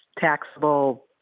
taxable